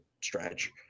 stretch